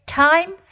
time